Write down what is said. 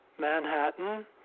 Manhattan